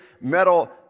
metal